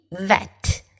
Vet